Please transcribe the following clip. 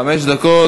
חמש דקות.